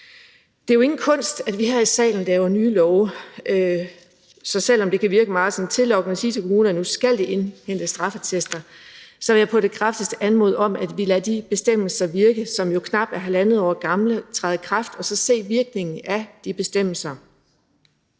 Det er jo ingen kunst, at vi her i salen laver nye love. Så selv om det kan virke sådan meget tillokkende at sige til kommunerne, at nu skal de indhente straffeattester, så vil jeg på det kraftigste anmode om, at vi lader de bestemmelser virke, som jo knap er halvandet år gamle, altså træde i kraft, så vi kan se virkningen af dem.